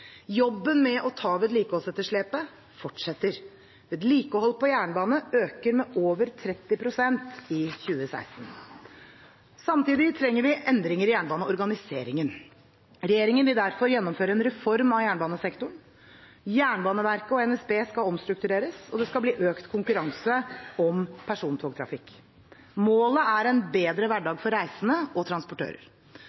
Jobben med å ta vedlikeholdsetterslepet fortsetter. Vedlikeholdet på jernbanen øker med over 30 pst. i 2016. Samtidig trenger vi endringer i jernbaneorganiseringen. Regjeringen vil derfor gjennomføre en reform av jernbanesektoren. Jernbaneverket og NSB skal omstruktureres, og det skal bli økt konkurranse om persontogtrafikk. Målet er en bedre hverdag for reisende og transportører.